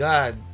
God